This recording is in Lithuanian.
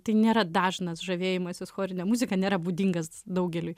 tai nėra dažnas žavėjimasis chorine muzika nėra būdingas daugeliui